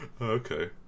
Okay